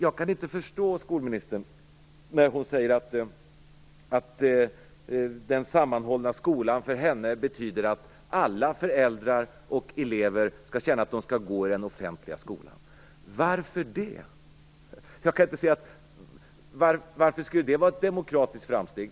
Jag kan inte förstå skolministern när hon säger att den sammanhållna skolan för henne betyder att alla föräldrar och elever skall känna att barnen skall gå i den offentliga skolan. Varför det? Varför skulle det vara ett demokratiskt framsteg?